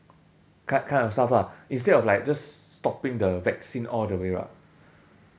kind kind of stuff lah instead of like just stopping the vaccine all the way lah